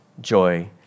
joy